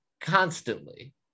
constantly